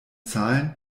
zahlen